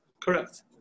Correct